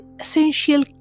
essential